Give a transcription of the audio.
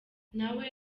nawe